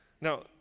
Now